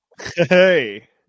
Hey